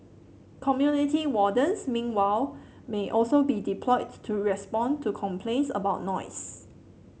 community wardens meanwhile may also be deployed to respond to complaints about noise